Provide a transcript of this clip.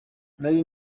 nari